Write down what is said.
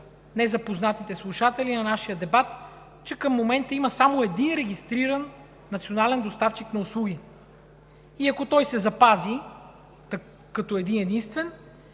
незапознатите слушатели на нашия дебат, че към момента има само един регистриран национален доставчик на услуги. Ако той се запази като един-единствен,